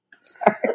Sorry